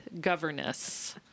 governess